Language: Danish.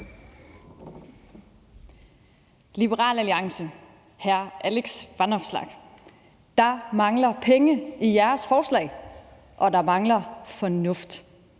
Liberal Alliance og hr. Alex Vanopslagh: Der mangler penge i jeres forslag, og der mangler fornuft.